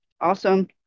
Awesome